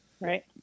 Right